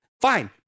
Fine